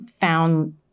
found